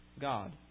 God